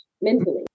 mentally